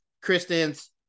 Kristen's